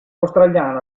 australiano